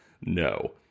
no